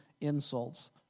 insults